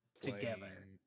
together